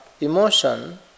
emotion